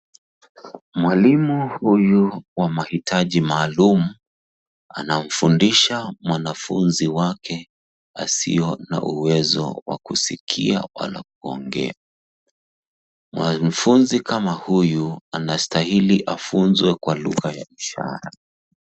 Mwalimu huyu wa mahitaji maalum. anamfundisha mwanafunzi wake asiyo na uwezo wa kusikia wala kuongea. Mwanafunzi kama huyu anastahili afunzwe kwa lugha ya ishara.